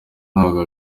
ntabwo